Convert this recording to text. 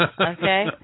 Okay